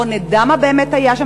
לא נדע מה באמת היה שם,